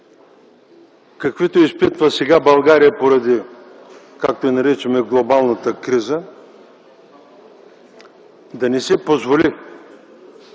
каквито изпитва сега България поради, както я наричаме глобалната криза, да не си позволи